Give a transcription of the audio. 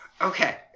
Okay